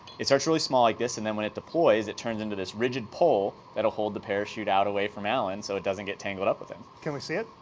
it starts really small like this and when it deploys it turns into this rigid pole that'll hold the parachute out away from alan so it doesn't get tangled up with him. can we see it?